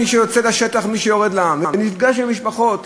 מי שיוצא לשטח ומי שיורד לעם ונפגש עם משפחות,